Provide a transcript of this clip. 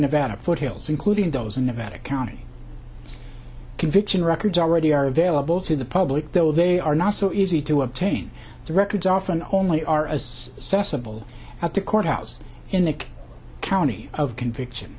nevada foothills including those in nevada county conviction records already are available to the public though they are not so easy to obtain the records often only are as assessable at the courthouse in the county of conviction